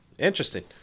Interesting